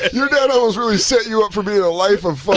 and you're dad almost really set you up for being a life of